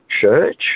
church